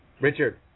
Richard